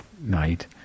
night